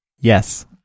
Yes